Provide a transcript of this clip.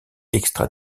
extra